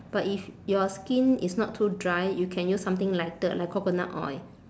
but if your skin is not too dry you can use something lighter like coconut oil